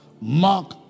Mark